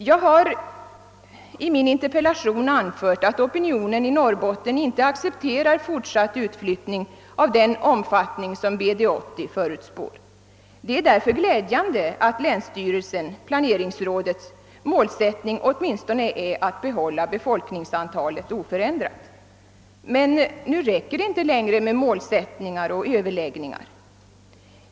Jag har i min interpellation anfört att opinionen i Norrbotten inte accepterar fortsatt utflyttning av den omfattning som BD-80 förutspår. Det är där för glädjande att länsstyrelsen/planeringsrådets målsättning åtminstone är att behålla befolkningstalet oförändrat. Men det räcker inte längre med målsättningar och överläggningar.